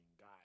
guy